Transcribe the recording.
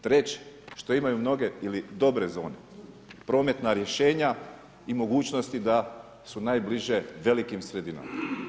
Treće, što imaju mnoge ili dobre zone, prometna rješenja i mogućnosti da su najbliže velikim sredinama.